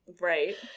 Right